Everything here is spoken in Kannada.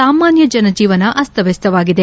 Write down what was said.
ಸಾಮಾನ್ಯ ಜನಜೀವನ ಅಸ್ತಮ್ಖಸ್ತವಾಗಿದೆ